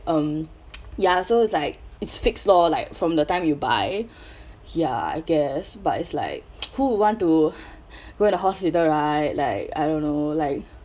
um ya so it's like it's fixed lor like from the time you buy ya I guess but it's like who would want to go at the hospital right like I don't know like like